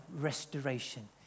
restoration